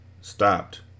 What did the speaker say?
stopped